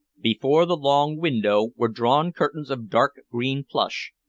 before the long window were drawn curtains of dark green plush,